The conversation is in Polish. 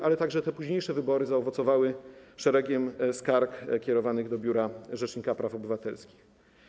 Również późniejsze wybory zaowocowały szeregiem skarg kierowanych do Biura Rzecznika Praw Obywatelskich.